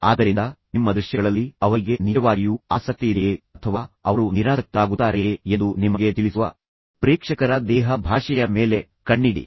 ಆದ್ದರಿಂದ ನಿಮ್ಮ ದೃಶ್ಯಗಳಲ್ಲಿ ಅವರಿಗೆ ನಿಜವಾಗಿಯೂ ಆಸಕ್ತಿಯಿದೆಯೇ ಅಥವಾ ಅವರು ನಿರಾಸಕ್ತರಾಗುತ್ತಾರೆಯೇ ಎಂದು ನಿಮಗೆ ತಿಳಿಸುವ ಪ್ರೇಕ್ಷಕರ ದೇಹ ಭಾಷೆಯ ಮೇಲೆ ಕಣ್ಣಿಡಿ